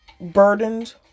burdened